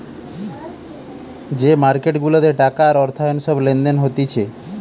যে মার্কেট গুলাতে টাকা আর অর্থায়ন সব লেনদেন হতিছে